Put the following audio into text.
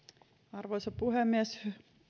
arvoisa puhemies